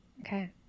Okay